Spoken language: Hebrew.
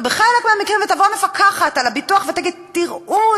בחלק מהמקרים תבוא המפקחת על הביטוח ותגיד: תראו,